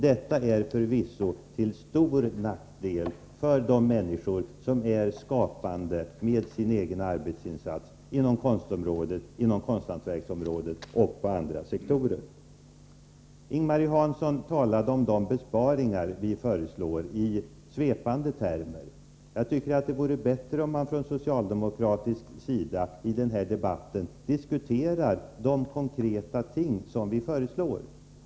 Detta är förvisso till stor nackdel för de människor som är skapande med sin egen arbetsinsats inom konstområdet, konsthantverksområdet och på många andra sektorer. Ing-Marie Hansson talade i svepande termer om de besparingar vi föreslår. Det vore bättre om man från socialdemokratisk sida diskuterade de konkreta förslag som vi framlägger.